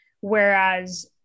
Whereas